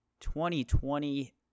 2020